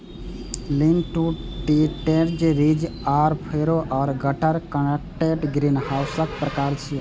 lean to detached, ridge आ furrow या gutter connected ग्रीनहाउसक प्रकार छियै